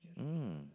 mm